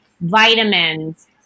vitamins